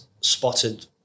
spotted